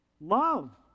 Love